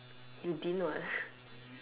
you didn't what